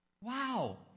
Wow